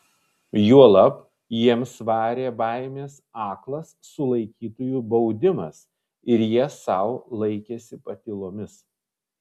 juolab jiems varė baimės aklas sulaikytųjų baudimas ir jie sau laikėsi patylomis